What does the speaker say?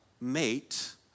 mate